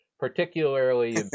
Particularly